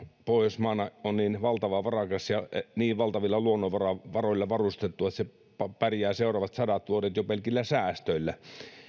pohjoismaana on niin valtavan varakas ja niin valtavilla luonnonvaroilla varustettu että se pärjää seuraavat sadat vuodet jo pelkillä säästöillä